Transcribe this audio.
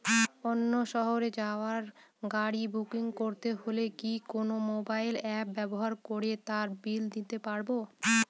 অন্য শহরে যাওয়ার গাড়ী বুকিং করতে হলে কি কোনো মোবাইল অ্যাপ ব্যবহার করে তার বিল দিতে পারব?